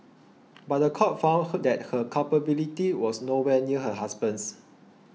but the court found that her culpability was nowhere near her husband's